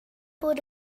bod